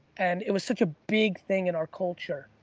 and it was such a big thing in our culture.